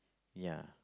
ya